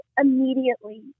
immediately